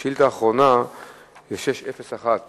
והשירותים החברתיים ביום כ' בטבת התש"ע (6 בינואר 2010):